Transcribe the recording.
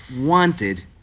wanted